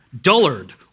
dullard